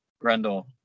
Grendel